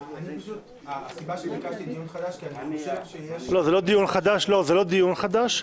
הסיבה שביקשתי דיון חדש -- לא, זה לא דיון חדש,